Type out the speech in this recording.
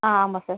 ஆ ஆமாம் சார்